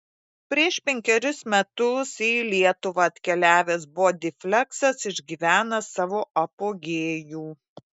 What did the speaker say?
prieš penkerius metus į lietuvą atkeliavęs bodyfleksas išgyvena savo apogėjų